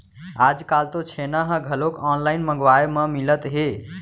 आजकाल तो छेना ह घलोक ऑनलाइन मंगवाए म मिलत हे